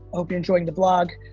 hope you're enjoying the vlog,